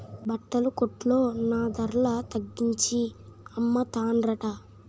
బట్టల కొట్లో నా ధరల తగ్గించి అమ్మతన్రట